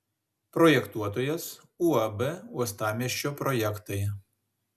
projektuotojas uab uostamiesčio projektai